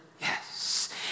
yes